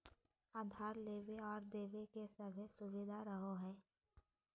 उधार लेबे आर देबे के सभै सुबिधा रहो हइ